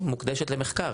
מוקדשת למחקר,